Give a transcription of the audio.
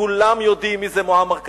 כולם יודעים מי זה מועמר קדאפי,